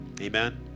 amen